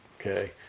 okay